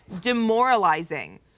demoralizing